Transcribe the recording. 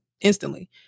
instantly